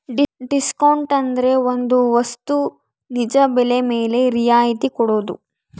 discount ಅಂದ್ರೆ ಒಂದ್ ವಸ್ತು ನಿಜ ಬೆಲೆ ಮೇಲೆ ರಿಯಾಯತಿ ಕೊಡೋದು